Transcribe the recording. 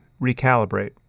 recalibrate